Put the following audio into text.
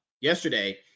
yesterday